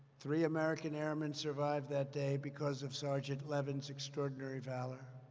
three american airmen survived that day because of sergeant levin's extraordinary valor.